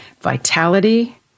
Vitality